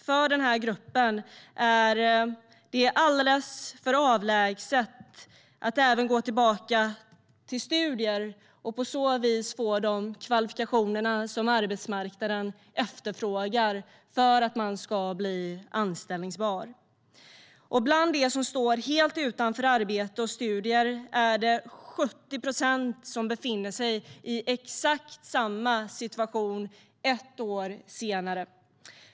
För den gruppen är det även alldeles för avlägset att gå tillbaka till studier och på så vis få de kvalifikationer som arbetsmarknaden efterfrågar för att man ska bli anställbar. Bland dem som står helt utanför arbete och studier är det 70 procent som befinner sig i exakt samma situation ett år senare.